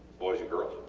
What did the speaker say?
boys and girls?